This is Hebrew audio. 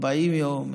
40 יום,